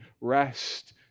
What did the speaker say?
rest